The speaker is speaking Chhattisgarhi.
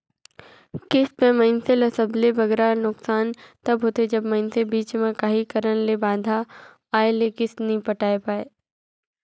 किस्त में मइनसे ल सबले बगरा नोसकान तब होथे जब मइनसे बीच में काहीं कारन ले बांधा आए ले किस्त नी पटाए पाए